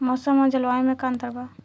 मौसम और जलवायु में का अंतर बा?